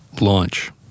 Launch